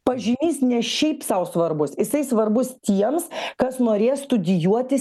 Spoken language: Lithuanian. pažymys ne šiaip sau svarbus jisai svarbus tiems kas norės studijuoti